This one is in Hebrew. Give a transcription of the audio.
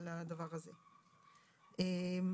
לקחנו את הנוסח הזה מתוך הוראה שקיימת